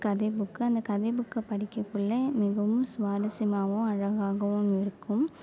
கதை புக்கு அந்த கதை புக்கை படிக்கக்குள்ள மிகவும் சுவாரஸ்யமாகவும் அழகாகவும் இருக்கும்